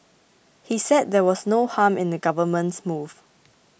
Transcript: he said there was no harm in the Government's move